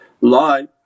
lie